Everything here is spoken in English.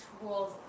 tools